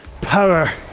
power